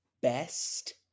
best